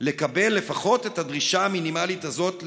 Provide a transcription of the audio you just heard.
לקבל לפחות את הדרישה המינימלית הזאת,